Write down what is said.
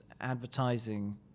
advertising